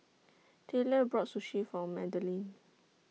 Tayler bought Sushi For Madilyn